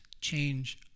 change